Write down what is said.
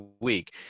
week